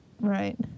Right